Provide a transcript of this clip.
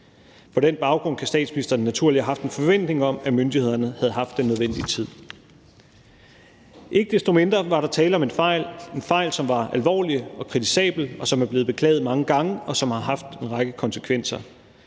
På den baggrund kan statsministeren naturligt have haft en forventning om, at myndighederne havde haft den nødvendige tid. Ikke desto mindre var der tale om en fejl – en fejl, som var alvorlig og kritisabel, og som er blevet beklaget mange gange, og som har haft en række konsekvenser: